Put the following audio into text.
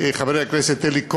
חבר הכנסת אלי כהן.